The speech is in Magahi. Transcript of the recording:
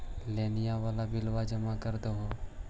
लोनिया वाला बिलवा जामा कर देलहो?